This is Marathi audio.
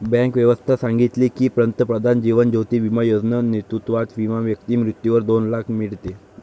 बँक व्यवस्था सांगितले की, पंतप्रधान जीवन ज्योती बिमा योजना नेतृत्वात विमा व्यक्ती मृत्यूवर दोन लाख मीडते